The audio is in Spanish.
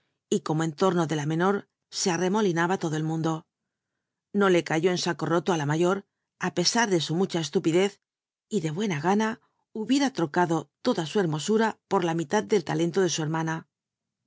y cómo en torno de la menor ll arremolinaba todo el mundo o le cayó en aro rolo á la mayor á pc ar de su mucha c lupidtz de buena gana hubiera trocado lotla su hermo nra por la ruilatl del lalcnlo de su hermana